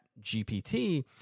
GPT